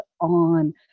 on